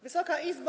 Wysoka Izbo!